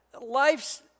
Life's